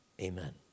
Amen